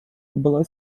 была